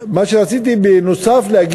מה שרציתי להגיד בנוסף,